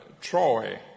Troy